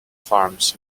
farms